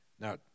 Now